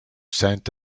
saint